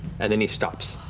and then he stops,